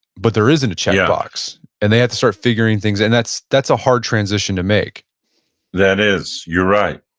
but there isn't a check box, and they have to start figuring things, and that's that's a hard transition to make that is. you're right.